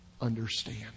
understand